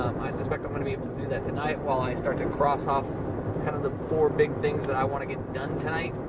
um i suspect i'm gonna be able to do that tonight while i start to cross off kinda kind of the four big things that i wanna get done tonight.